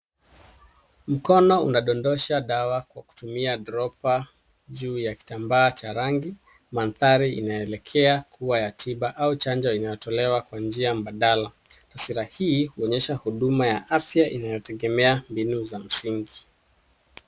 Mkono unadondosha dawa kwa kutumia dropper juu ya kitambaa cha rangi. Mandhari inaelekea kuwa ya tiba au chanjo inayotolewa kwa njia mbadala. Taswira hii huonyesha huduma ya afya inayotegenea mbinu za msingi .